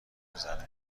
میزنه